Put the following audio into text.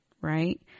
Right